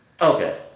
Okay